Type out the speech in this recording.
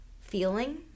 feeling